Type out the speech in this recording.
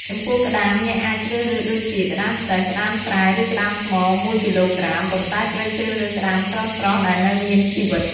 ចំពោះក្ដាម អ្នកអាចជ្រសរើសដូចជា ក្ដាមសេះ ក្ដាមស្រែ ឬ ក្ដាមថ្ម ១ គីឡូក្រាម ប៉ុន្ដែត្រូវជ្រើសរើសក្ដាមស្រស់ៗ ដែលនៅមានជីវិត។